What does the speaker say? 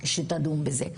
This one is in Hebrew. שתדון בזה,